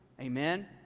Amen